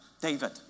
David